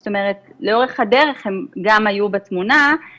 לאורך הדרך הם גם היו בתמונה,